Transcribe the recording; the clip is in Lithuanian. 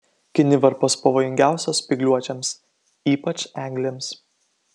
kinivarpos pavojingiausios spygliuočiams ypač eglėms